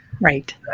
Right